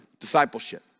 discipleship